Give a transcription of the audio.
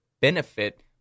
benefit